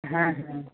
হ্যাঁ হ্যাঁ